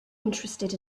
interested